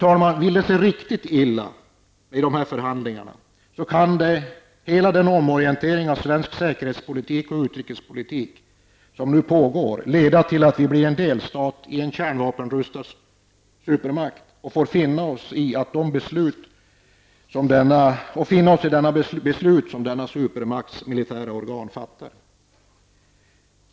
Om det vill sig riktigt illa i de här förhandlingarna, kan hela den omorienteringen av svensk säkerhetspolitik och utrikespolitik som nu pågår leda till att Sverige blir en delstat inom en kärnvapenutrustad supermakt och till att vi får finna oss i de beslut som denna supermakts militära organ fattar.